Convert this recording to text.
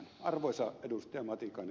arvoisa ed